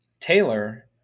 Taylor